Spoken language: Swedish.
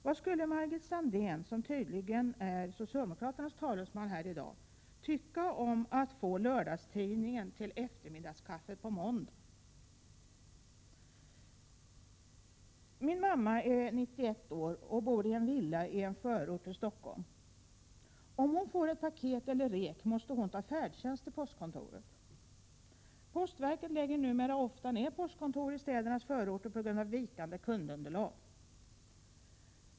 Vad skulle Margit Sandéhn, som tydligen är socialdemokraternas talesman i denna fråga, tycka om att få lördagstidningen till eftermiddagskaffet på måndagen? Min mamma är 91 år och bor i en villa i en förort till Stockholm. Om hon får ett paket eller rek måste hon ta färdtjänst till postkontoret. Postverket lägger numera ofta ned postkontor i städernas förorter på grund av vikande kundunderlag.